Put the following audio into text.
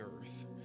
earth